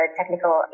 technical